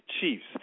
chiefs